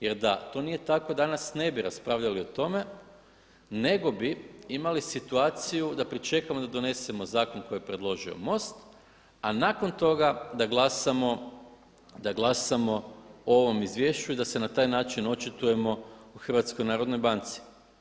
Jer da to nije tako danas ne bi raspravljali o tome nego bi imali situaciju da pričekamo da donesemo zakon koji je predložio MOST a nakon toga da glasamo o ovom izvješću i da se na taj način očitujemo u HNB-u.